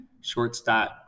shortstop